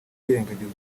birengagiza